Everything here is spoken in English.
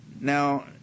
now